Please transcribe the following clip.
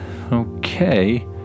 okay